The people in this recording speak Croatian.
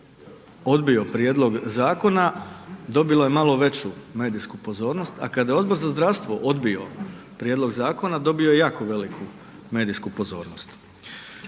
odbio prijedlog zakona dobilo je malo veću medijsku pozornost a kada je Odbor za zdravstvo odbio prijedlog zakona dobio je jako veliku medijsku pozornost.